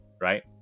right